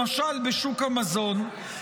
למשל בשוק המזון,